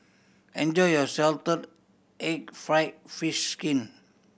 enjoy your salted egg fried fish skin